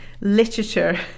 literature